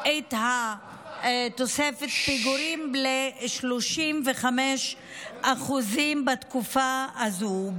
את תוספת הפיגורים ל-35% בתקופה הזו,